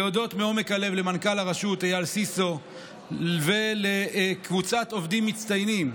להודות מעומק הלב למנכ"ל הרשות אייל סיסו ולקבוצת עובדים מצטיינים: